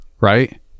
right